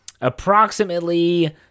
approximately